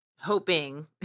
hoping